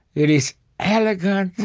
it is elegant,